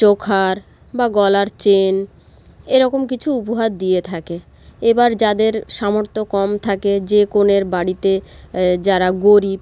choker বা গলার chain এরকম কিছু উপহার দিয়ে থাকে এবার যাদের সামর্থ্য কম থাকে যে কনের বাড়িতে যারা গরিব